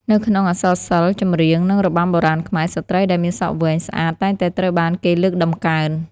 នៅក្នុងអក្សរសិល្ប៍ ចម្រៀង និងរបាំបុរាណខ្មែរ ស្ត្រីដែលមានសក់វែងស្អាតតែងតែត្រូវបានគេលើកតម្កើង។